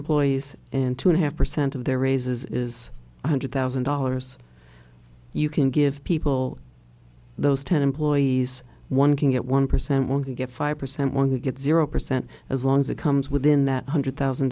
employees and two and a half percent of their raises is one hundred thousand dollars you can give people those ten employees one can get one percent want to get five percent want to get zero percent as long as it comes within that hundred thousand